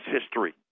history